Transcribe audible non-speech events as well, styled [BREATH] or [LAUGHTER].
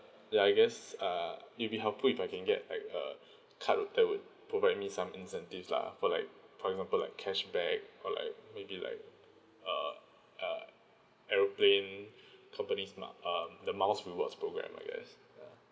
ya I guess err it'll be helpful if I can get like a card would that would provide me some incentives lah for like for example like cashback or like maybe like uh uh aeroplane [BREATH] companies mi~ um the miles rewards program I guess ya